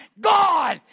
God